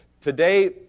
Today